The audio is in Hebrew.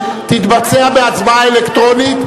תתבצע בהצבעה אלקטרונית.